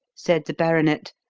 said the baronet,